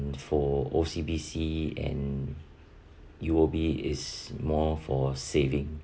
for O_C_B_C and U_O_B is more for saving